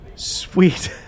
Sweet